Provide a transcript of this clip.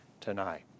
tonight